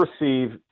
receive